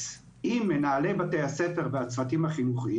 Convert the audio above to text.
עם מנהלי בתי הספר והצוותים החינוכיים,